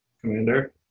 Commander